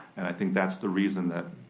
and i think that's the reason that